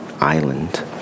island